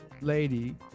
lady